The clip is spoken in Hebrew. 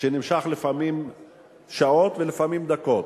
שנמשך לפעמים שעות, ולפעמים דקות.